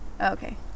Okay